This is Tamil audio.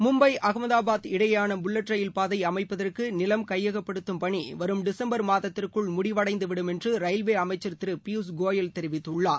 மும்பை அகமதாபாத் இடையேயான புல்லட் ரயில் பாதைஅமைப்பதற்குநிலம் கையகப்படுத்தும் பணிவரும் டிசம்பா மாதத்திற்குள் முடிவடைந்துவிடும் என்றரயில்வேஅமைச்சன் திருபியூஷ் கோயல் தெரிவித்துள்ளார்